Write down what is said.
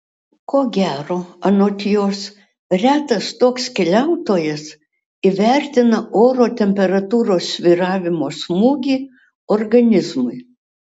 ko gero anot jos retas toks keliautojas įvertina oro temperatūros svyravimo smūgį organizmui